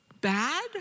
bad